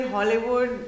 Hollywood